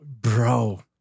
Bro